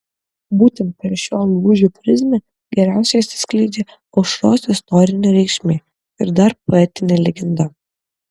būtent per šio lūžio prizmę geriausiai atsiskleidžia aušros istorinė reikšmė ir poetinė legenda